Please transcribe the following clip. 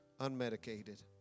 unmedicated